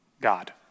God